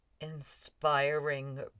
inspiring